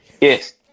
Yes